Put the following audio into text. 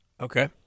Okay